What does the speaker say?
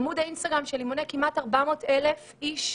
עמוד האינסטגרם שלי מונה כמעט 400,000 איש.